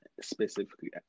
Specifically